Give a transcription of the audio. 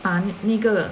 啊那个